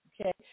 Okay